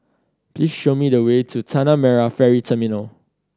please show me the way to Tanah Merah Ferry Terminal